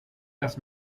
das